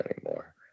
anymore